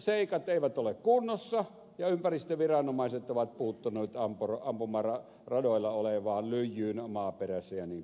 ympäristöseikat eivät ole kunnossa ja ympäristöviranomaiset ovat puuttuneet ampumaradoilla olevaan lyijyyn maaperässä jnp